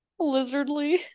Lizardly